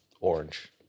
orange